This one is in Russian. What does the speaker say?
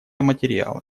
материалу